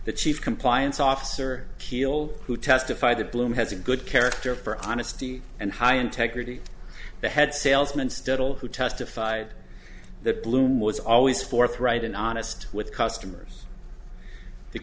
the chief compliance officer kiel who testified that bloom has a good character for honesty and high integrity the head salesman steadily who testified that bloom was always forthright and honest with customers t